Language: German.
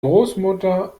großmutter